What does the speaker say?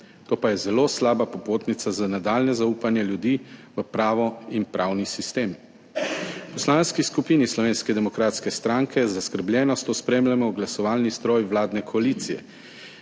To pa je zelo slaba popotnica za nadaljnje zaupanje ljudi v pravo in pravni sistem. V Poslanski skupini Slovenske demokratske stranke z zaskrbljenostjo spremljamo glasovalni stroj vladne koalicije,